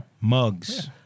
Mugs